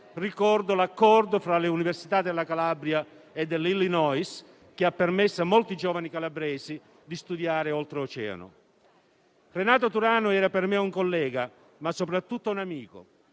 ricordo l'accordo fra le università della Calabria e dell'Illinois, che ha permesso a molti giovani calabresi di studiare oltreoceano. Renato Turano era per me un collega, ma soprattutto un amico.